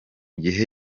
gihe